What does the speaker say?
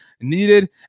needed